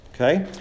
Okay